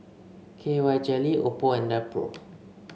K Y Jelly Oppo and Nepro